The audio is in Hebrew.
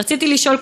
רציתי לשאול,